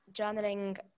journaling